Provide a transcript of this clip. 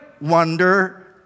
wonder